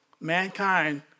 Mankind